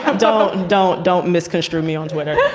um don't, don't, don't misconstrue me on twitter.